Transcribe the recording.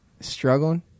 Struggling